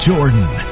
Jordan